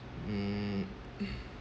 hmm